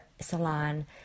salon